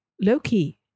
Loki